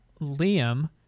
Liam